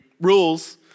rules